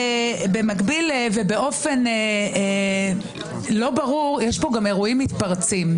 במקביל ובאופן לא ברור יש פה גם אירועים מתפרצים,